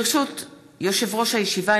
ברשות יושב-ראש הישיבה,